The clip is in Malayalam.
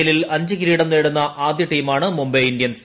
എല്ലിൽ അഞ്ച് കിരീടം നേടുന്ന ആദ്യ ടീമാണ് മുംബൈ ഇന്ത്യൻസ്